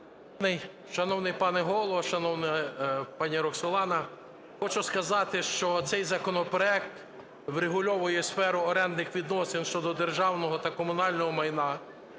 Шановний пане Голово, шановна пані Роксолана, хочу сказати, що цей законопроект врегульовує сферу орендних відносин щодо державного та комунального майна.